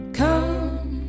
come